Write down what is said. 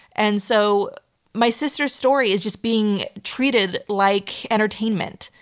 and so my sister's story is just being treated like entertainment.